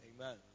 Amen